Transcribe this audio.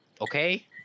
Okay